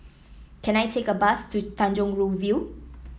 can I take a bus to Tanjong Rhu View